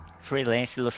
freelance